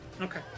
Okay